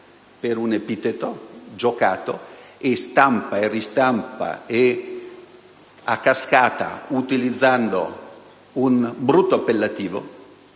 per un epiteto giocato. E stampa e ristampa, a cascata, utilizzando un brutto appellativo,